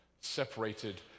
separated